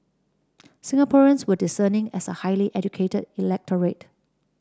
Singaporeans were discerning as a highly educated electorate